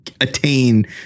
attain